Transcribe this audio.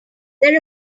there